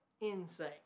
insane